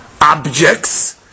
objects